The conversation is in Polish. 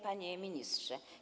Panie Ministrze!